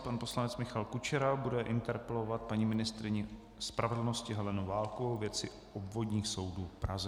Pan poslanec Michal Kučera bude interpelovat paní ministryni spravedlnosti Helenu Válkovou ve věci obvodních soudů v Praze.